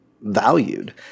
valued